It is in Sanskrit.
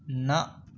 न